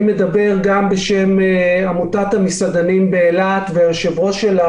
אני מדבר גם בשם עמותת המסעדנים באילת והיושב-ראש שלה,